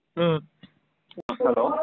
Hello